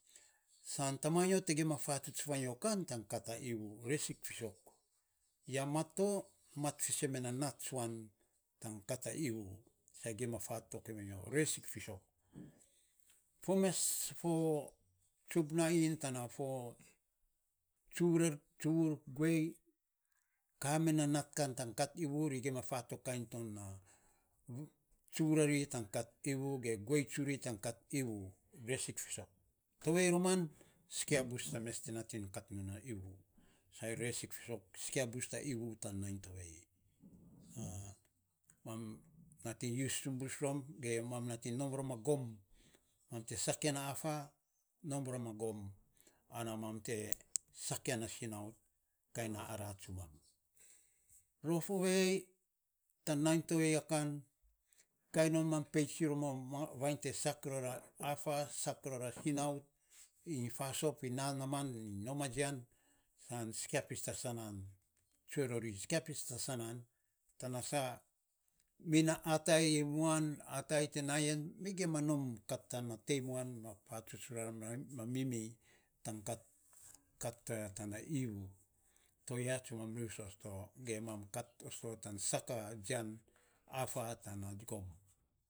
San tama nyo kan, sikia ma faatsuts vanyo kan tan kat a iivu. Resik fisok, ya mat to, mat fiisen me na nat tsuan tan kat a iivu. Sai gima faatong ie vanyo, resik fiisok. Fo mes fo tsubnainy tana fo tsuvur guei, ka me na nat kan tan kat iivu, san ri gima faatong kan tana tsuvur rari tan kat iieu ge gui suri tan kat iivu. Tovei roman sikia bus ta mes nat iny kat iivu. Sei resik fisok, sikia bus ta iivu tan nainy tovei. Mam nat iny ge mam nat iny nom rom a gooni ma te sak ya na afa, nom rom a goom mam te sak ya na sinau. Kainy nai ara tsumam. Rof ovei tan nainy to ya kan. Ainy non mam peits iny rom a vainy te sak ror a affa, sak ror a sinau iny fasoap iny na naaman iny nom a jia. San sikia pis ta saanan, tsue rori sikia pis ta saanan. Tana sa, mi na aai my muan, atai te na yan mi gima nom kat tana tei muan, tan foatsuts rara, ma mim tan kat toya tana iivu. To ya tsumam ge kat osto tan sak a jian affa tana goom.